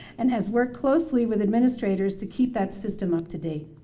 and has worked closely with administrators to keep that system up to date.